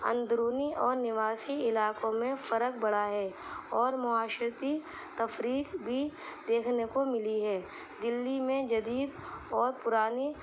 اندرونی اور نواسی علاقوں میں فرق بڑھا ہے اور معاشرتی تفریق بھی دیکھنے کو ملی ہے دلی میں جدید اور پرانی